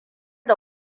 da